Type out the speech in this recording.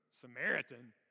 Samaritan